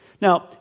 Now